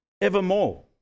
evermore